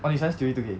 orh 你喜欢 stewie two K